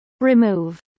Remove